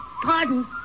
Pardon